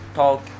talk